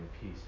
peace